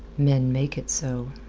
men make it so.